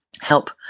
help